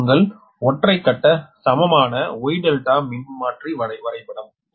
இது உங்கள் ஒற்றை கட்ட சமமான Y ∆ மின்மாற்றி வரைபடம்